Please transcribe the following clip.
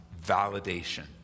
validation